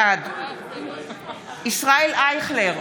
בעד ישראל אייכלר,